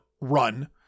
run